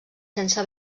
sense